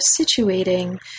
situating